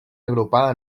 agrupar